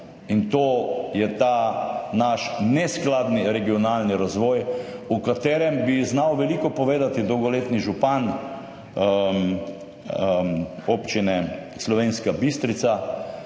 In to je ta naš neskladni regionalni razvoj, o katerem bi znal veliko povedati dolgoletni župan občine Slovenska Bistrica,